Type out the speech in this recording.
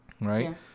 Right